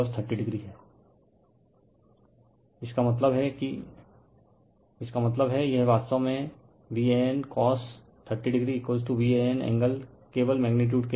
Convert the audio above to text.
refer slide time 2941 इसका मतलब हैइसका मतलब हैं यह वास्तव में Van cos 30o Van angle केवल मैग्नीटीयूड के लिए